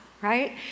right